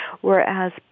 Whereas